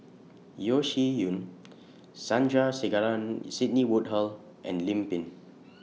Yeo Shih Yun Sandrasegaran Sidney Woodhull and Lim Pin